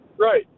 Right